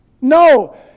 No